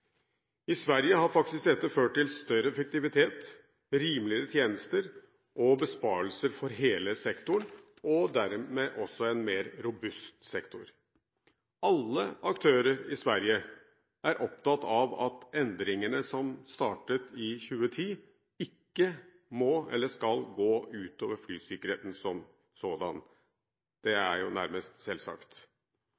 I Sverige har dette faktisk ført til større effektivitet, rimeligere tjenester, besparelser for hele sektoren, og dermed også en mer robust sektor. Alle aktører i Sverige er opptatt av at endringene, som startet i 2010, ikke skal gå ut over flysikkerheten som sådan. Det